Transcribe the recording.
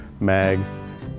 mag